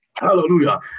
Hallelujah